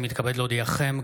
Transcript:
אני מתכבד להודיעכם,